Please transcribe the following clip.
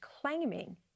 claiming